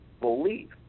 believe